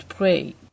pray